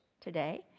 today